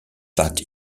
that